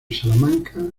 salamanca